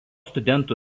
studentų